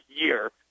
year